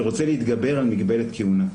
שרוצה להתגבר על מגבלת כהונה.